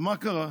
מה קרה?